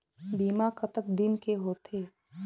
बीमा कतक दिन के होते?